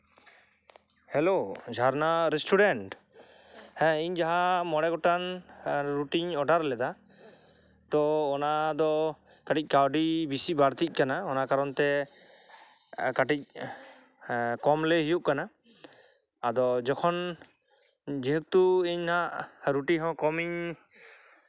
hello Jharna restaurant ᱦᱮᱸ ᱤᱧ ᱡᱟᱦᱟᱸ ᱢᱚᱬᱮ ᱜᱚᱴᱟᱝ ᱨᱩᱴᱤᱧ ᱚᱰᱟᱨ ᱞᱮᱫᱟ ᱛᱳ ᱚᱱᱟ ᱫᱚ ᱠᱟᱹᱴᱤᱡ ᱠᱟᱹᱣᱰᱤ ᱵᱮᱥᱤ ᱵᱟᱹᱲᱛᱤᱜ ᱠᱟᱱᱟ ᱚᱱᱟ ᱠᱟᱨᱚᱱᱛᱮ ᱠᱟᱹᱴᱤᱡ ᱠᱚᱢ ᱞᱟᱹᱭ ᱦᱩᱭᱩᱜ ᱠᱟᱱᱟ ᱟᱫᱚ ᱡᱚᱠᱷᱚᱱ ᱡᱮᱦᱮᱛᱩ ᱤᱧ ᱱᱟᱦᱟᱜ ᱨᱩᱴᱤ ᱦᱚᱸ ᱠᱚᱢᱤᱧ